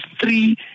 three